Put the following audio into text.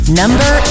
number